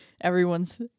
Everyone's